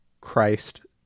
Christ